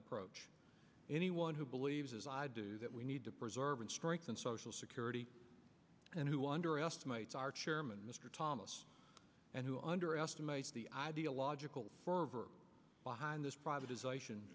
approach anyone who believes as i do that we need to preserve and strengthen social security and who underestimates our chairman mr thomas and who underestimates the ideological behind this privatization